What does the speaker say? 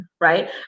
right